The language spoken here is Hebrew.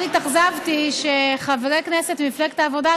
מאוד התאכזבתי שחברי כנסת ממפלגת העבודה,